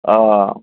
آ